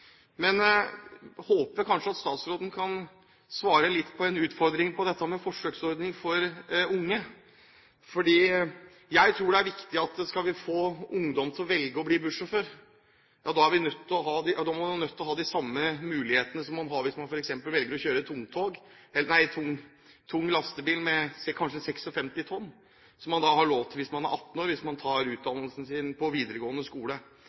Jeg håper kanskje at statsråden kan svare litt på en utfordring som gjelder en forsøksordning for unge, for jeg tror det er viktig at skal vi få ungdom til å velge å bli busssjåfører, er man nødt til å ha de samme mulighetene som man har hvis man f.eks. velger å kjøre tung lastebil på kanskje 56 tonn, som man har lov til hvis man er 18 år og tar utdannelsen sin på videregående skole.